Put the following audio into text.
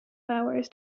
hours